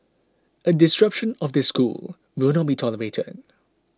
a disruption of the school will not be tolerated